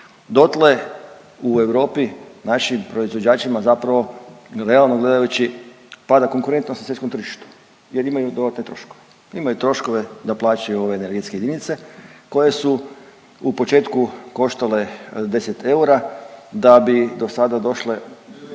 dotle u Europi našim proizvođačima zapravo realno gledajući pada konkurentnost na svjetskom tržištu jer imaju dodatne troškove. Imaju troškove da plaćaju ove energetske jedinice koje su u početku koštale 10 eura, da bi do sada došle,